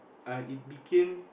uh it became